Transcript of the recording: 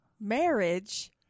Marriage